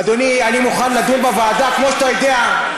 אדוני, אני מוכן לדון בוועדה, כמו שאתה יודע.